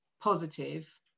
positive